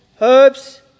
herbs